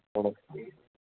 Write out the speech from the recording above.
polo